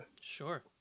Sure